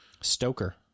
stoker